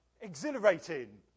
exhilarating